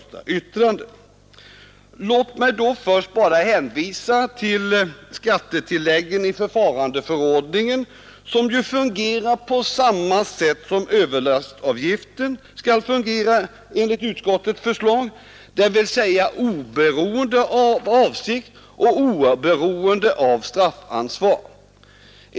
Låt mig då först hänvisa till skattetilläggen i förfarandeförordningen som fungerar på samma sätt som överlastavgiften skall fungera enligt utskottets förslag, dvs. oberoende av avsikt och av straffansvar.